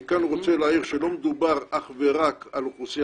אני כאן רוצה להעיר שלא מדובר אך ורק על אוכלוסייה